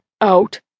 out